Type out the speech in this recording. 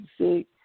sick